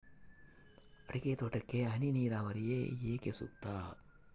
ಅಡಿಕೆ ತೋಟಕ್ಕೆ ಹನಿ ನೇರಾವರಿಯೇ ಏಕೆ ಸೂಕ್ತ?